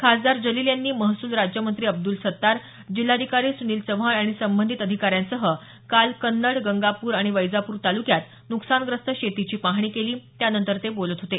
खासदार जलील यांनी महसूल राज्यमंत्री अब्दूल सत्तार जिल्हाधिकारी सुनील चव्हाण आणि संबंधित अधिकाऱ्यांसह काल कन्नड गंगापूर आणि वैजापूर तालुक्यात नुकसानग्रस्त शेतीची पाहणी केली त्यानंतर ते बोलत होते